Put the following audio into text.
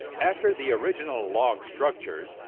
after the original log structures,